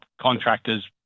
contractors